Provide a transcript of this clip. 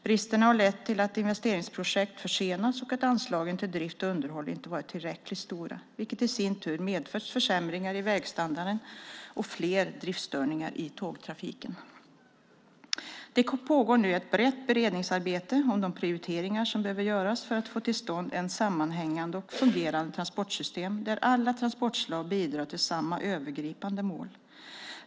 Bristerna har lett till att investeringsprojekt försenats och att anslagen till drift och underhåll inte varit tillräckligt stora, vilket i sin tur medfört försämringar i vägstandarden och fler driftsstörningar i tågtrafiken. Det pågår nu ett brett beredningsarbete om de prioriteringar som behöver göras för att få till stånd ett sammanhängande och fungerande transportsystem där alla transportslag bidrar till samma övergripande mål.